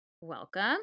Welcome